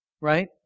right